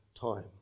time